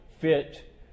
fit